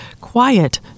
quiet